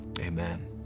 Amen